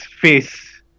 face